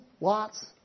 lots